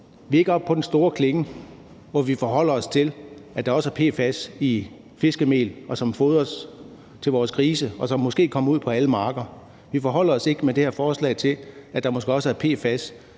Vi er ikke oppe på den store klinge, hvor vi forholder os til, at der også er PFAS i fiskemel, som fodres til vores grise, og som måske kommer ud på alle marker. Vi forholder os ikke med det her forslag til, at der måske også er PFAS